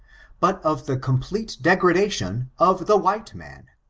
but of the com plete degradation of the white man,